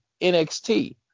NXT